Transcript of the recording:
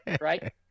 right